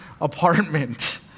apartment